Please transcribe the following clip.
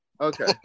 Okay